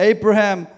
Abraham